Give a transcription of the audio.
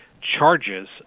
charges